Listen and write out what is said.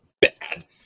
bad